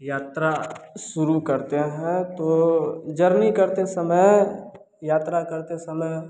यात्रा शुरू करते हैं तो जर्नी करते समय यात्रा करते समय